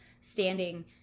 standing